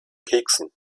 keksen